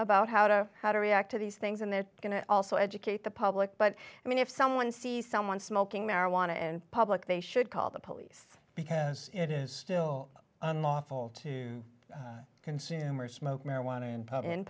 about how to how to react to these things and they're going to also educate the public but i mean if someone sees someone smoking marijuana and public they should call the police because it is still unlawful to consume or smoke marijuana in